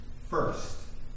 First